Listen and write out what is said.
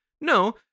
No